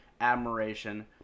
admiration